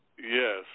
Yes